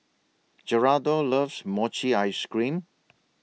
Geraldo loves Mochi Ice Cream